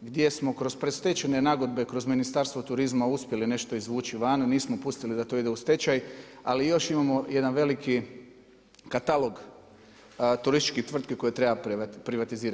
gdje smo kroz predstečajne nagodbe, kroz Ministarstvo turizma uspjeli nešto izvući van, nismo pustili da to ide u stečaj, ali još imamo jedan veliki katalog turistički tvrtki koje treba privatizirati.